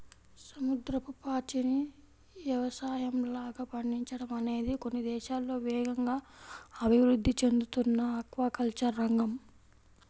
సముద్రపు పాచిని యవసాయంలాగా పండించడం అనేది కొన్ని దేశాల్లో వేగంగా అభివృద్ధి చెందుతున్న ఆక్వాకల్చర్ రంగం